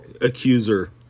accuser